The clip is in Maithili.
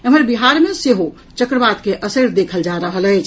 एम्हर बिहार मे सेहो चक्रवात के असरि देखल जा रहल अछि